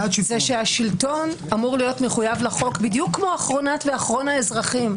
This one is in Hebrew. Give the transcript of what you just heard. זה שהשלטון אמור להיות מחויב לחוק בדיוק כמו אחרונת ואחרון האזרחים,